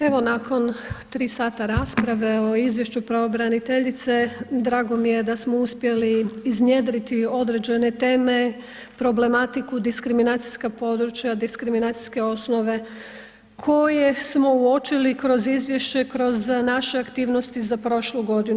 Evo nakon 3 sata rasprave o izvješću pravobraniteljice, drago mi je da smo uspjeli iznjedriti određene teme, problematiku, diskriminacijska područja, diskriminacijske osnove koje smo uočili kroz izvješće, kroz naše aktivnosti za prošlu godinu.